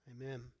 Amen